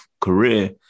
career